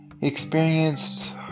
experienced